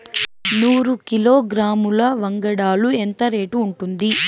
నూరు కిలోగ్రాముల వంగడాలు ఎంత రేటు ఉంటుంది?